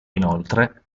inoltre